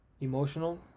emotional